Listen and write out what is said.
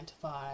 five